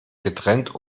getrennt